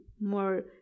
more